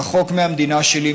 רחוק מהמדינה שלי,